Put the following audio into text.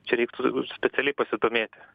čia reiktų specialiai pasidomėti